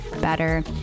better